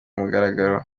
mugaragaro